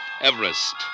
Everest